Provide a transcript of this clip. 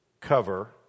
cover